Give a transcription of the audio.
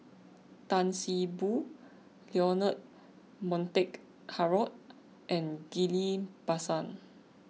Tan See Boo Leonard Montague Harrod and Ghillie Basan